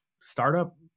startup